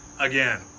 Again